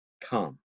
come